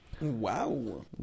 Wow